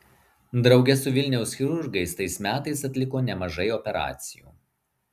drauge su vilniaus chirurgais tais metais atliko nemažai operacijų